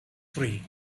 free